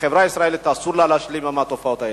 ולחברה הישראלית אסור להשלים עם התופעות האלה.